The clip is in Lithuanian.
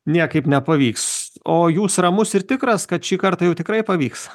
niekaip nepavyks o jūs ramus ir tikras kad šį kartą jau tikrai pavyks